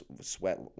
sweat